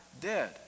dead